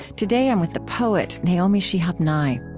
today, i'm with the poet naomi shihab nye